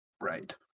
Right